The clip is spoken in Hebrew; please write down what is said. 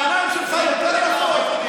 העיניים שלך יותר יפות?